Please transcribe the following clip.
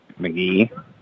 McGee